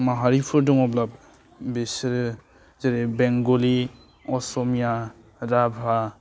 माहारिफोर दङब्लाबो बिसोरो जेरै बेंगलि असमिया राभा